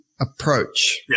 approach